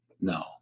no